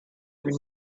were